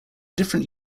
different